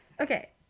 Okay